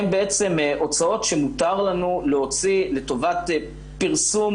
הן בעצם הוצאות שמותר לנו להוציא לטובת פרסום,